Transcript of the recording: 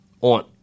on